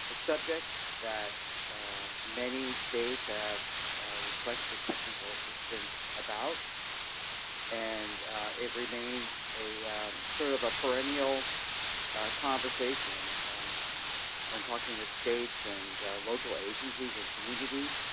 subject that many states have requested technical assistance about and it remains sort of a perennial conversation when talking with states and local agencies and communities,